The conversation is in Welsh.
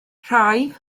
rhai